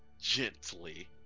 Gently